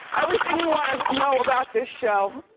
everything you wanna know about this show,